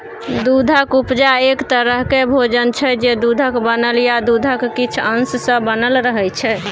दुधक उपजा एक तरहक भोजन छै जे दुधक बनल या दुधक किछ अश सँ बनल रहय छै